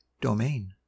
domain